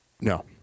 No